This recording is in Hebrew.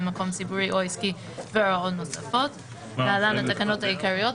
מקום ציבורי או עסקי והוראות נוספות) (להלן התקנות העיקריות),